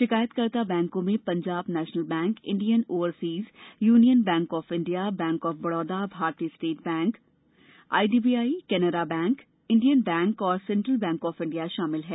शिकायतकर्ता बैंकों में Punjab national bank Indian overseas union bank of India bank of Baroda Bharatiya state bank IDBI Canara bank Indian bank और central bank of India शामिल हैं